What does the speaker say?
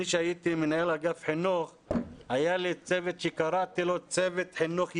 אני כשהייתי מנהל אגף חינוך היה לי צוות שקראתי לו צוות חינוך יישובי,